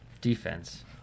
defense